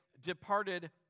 departed